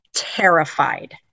Terrified